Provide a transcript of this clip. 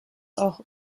auch